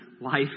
life